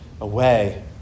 away